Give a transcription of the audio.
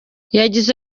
yagize